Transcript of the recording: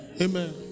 Amen